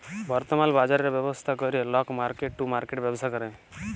বর্তমাল বাজরের ব্যবস্থা ক্যরে লক মার্কেট টু মার্কেট ব্যবসা ক্যরে